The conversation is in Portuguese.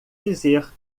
dizer